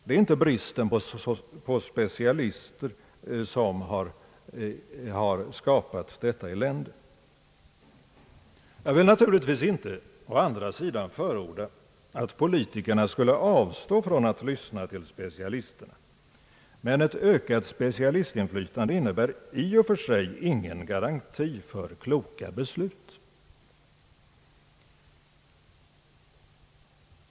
Det är inte bristen på specialister som har skapat detta elände. Jag vill naturligtvis å andra sidan inte förorda att politikerna skulle avstå från att lyssna till specialister, men ett ökat specialistinflytande innebär ju i och för sig ingen garanti för kloka beslut.